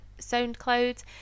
SoundCloud